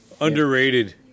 underrated